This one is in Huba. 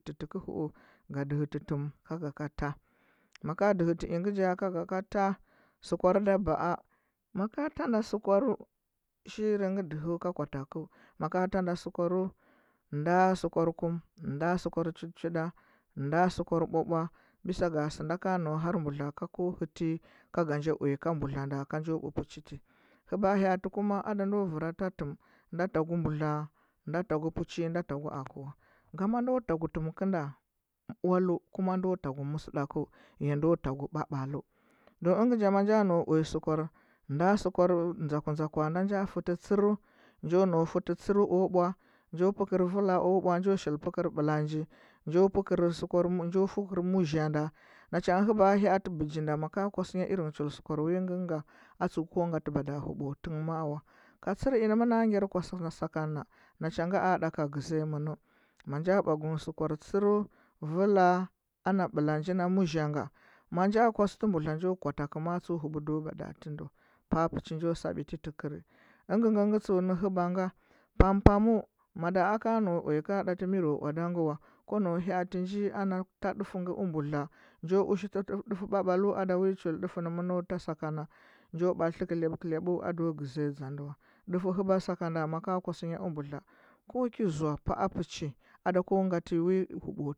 Gɚntɚ tɚkɚu hu u ga ɗuhɚti tɚm ltaɓa ka ta maka duhɚti ɚngɚ ja ba a ka ta sukwar da baa maka ta nda sukwarɚ shiri ngɚ dɚgnɚ ka kwa takɚu maka tanɗa sukwarɚu nda sukwar kum nda sukwar chud chu nda nda sukwar mbwa mbwa bisa ga sɚ nda ka nau har mbudla ka ko hɚtɚ ka ga ja uya mbudla nda ka jo ɓupɚchi ti hɚba ho’ati kuma ada ndo wura ta lɚm nda tagu mbudla nda tagu muchi nda tagu aba a, wa gama ndo tagu tɚm kɚnda oalu kuma nda tagu mɚsdakɚu ya ndo tagu ɓaɓalu don ɚngɚ ja maja nau uya sukwar nda sukwar dȝak dȝak nda ja pɚti don n jo nau fɚti charu o mbaw njo pekɚr vɚla o mbaw njo shili fɚkɚr ɓɚlog njo fɚgɚr muzhe nda na cha ngɚ hɚba haah bɚgi nda maka kwasu ngha irin chul sukwa wi ngɚ ngɚ a tsuɚ ko ngatɚ bada huɓu wa o tɚngh ma’a wa ka chor inɚ mɚna gyari kusɚu sakan na na cha ngɚ a ɗa ka gɚȝiya nu ma nja mbwa kɚ ngh sukwar cherɚu vala ana ɓɚlagi na muȝhe nga nsa nja kwas tsi mbudba nja gwatakɚu tue hubu ndo bada wa tɚ ndu wa paa pɚchi njo sa biti tɚkɚrɚ ɚn ngɚ ngɚ tsuɚ ne hɚba nga pampam mada aka nau uya ka ɗaty miro owada wa kwa ha atɚ nji ana ta ndufeu u mbudla njo usliti ɓaɓalu ada wi dufuɚ ne njo ta sakannɚ wa njo bakitɚ kuleb kuleb a ndo gɚȝiya dȝa nda ndufuɚ hɚbasa ka nda maka kus nya mbudla ko ki ȝoa pa’a pechi ada ko gatɚ wi huɓu